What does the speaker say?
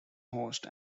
host